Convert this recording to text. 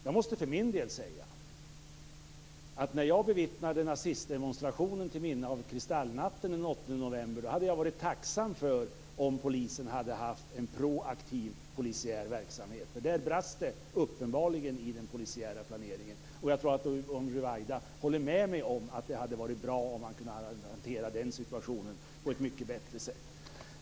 Jag måste för min del säga att när jag bevittnade nazistdemonstrationen till minne av Kristallnatten den 8 november hade jag varit tacksam om polisen hade haft en proaktiv polisiär verksamhet. Där brast det uppenbarligen i den polisiära planeringen. Jag tror att Yvonne Ruwaida håller med mig om att det hade varit bra om man hade hanterat den situationen på ett mycket bättre sätt.